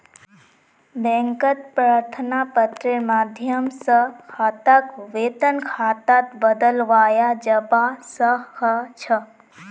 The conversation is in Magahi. बैंकत प्रार्थना पत्रेर माध्यम स खाताक वेतन खातात बदलवाया जबा स ख छ